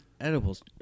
Edibles